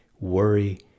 worry